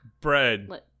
bread